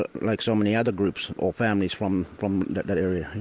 but like so many other groups or families from from that that area,